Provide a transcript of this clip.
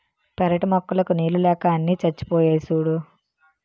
పెరటి మొక్కలకు నీళ్ళు లేక అన్నీ చచ్చిపోయాయి సూడూ